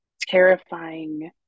terrifying